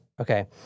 Okay